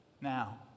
Now